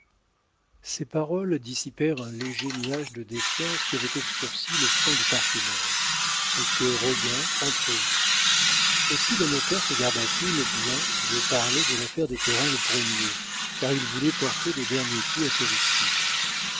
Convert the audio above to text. ces paroles dissipèrent un léger nuage de défiance qui avait obscurci le front du parfumeur et que roguin entrevit aussi le notaire se garda t il bien de parler de l'affaire des terrains le premier car il voulait porter le dernier coup à sa victime